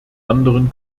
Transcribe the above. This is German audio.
anderen